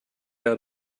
out